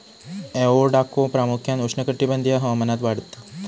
avocado प्रामुख्यान उष्णकटिबंधीय हवामानात वाढतत